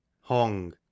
Hong